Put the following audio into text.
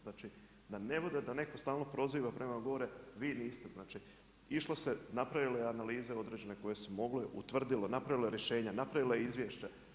Znači, da ne bude da netko stalno proziva prema gore vi niste, znači išlo se, napravile su analize određene koje su mogle, utvrdile, napravila rješenja, napravila izvješća.